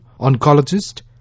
oncologist